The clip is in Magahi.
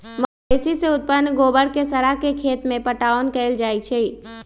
मवेशी से उत्पन्न गोबर के सड़ा के खेत में पटाओन कएल जाइ छइ